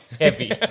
Heavy